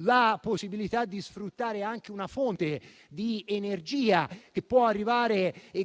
la possibilità di sfruttare anche una fonte di energia che può